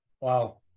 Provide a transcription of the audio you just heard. wow